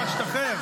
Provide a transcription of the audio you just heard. תודה רבה.